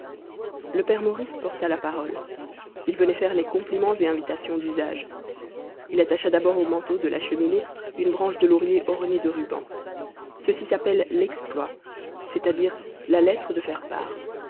le père maurice porta la parole il venait faire les compliments et invitations d'usage il attacha d'abord au manteau de la cheminée une branche de laurier ornée de rubans ceci s'appelle l'exploit c'est-à-dire la lettre de